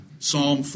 Psalm